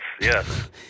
Yes